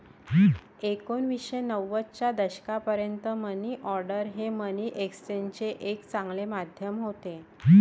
एकोणीसशे नव्वदच्या दशकापर्यंत मनी ऑर्डर हे मनी एक्सचेंजचे एक चांगले माध्यम होते